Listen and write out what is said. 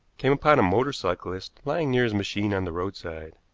came upon a motor cyclist lying near his machine on the roadside.